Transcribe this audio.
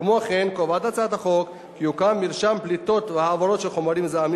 כמו כן קובעת הצעת החוק כי יוקם מרשם פליטות והעברות של חומרים מזהמים